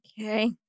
Okay